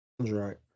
right